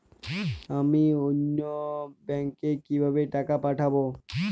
আমি অন্য ব্যাংকে কিভাবে টাকা পাঠাব?